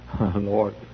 Lord